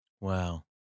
Wow